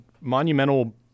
monumental